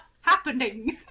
happening